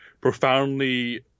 profoundly